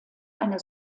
einer